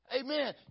Amen